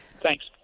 Thanks